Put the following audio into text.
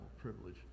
privilege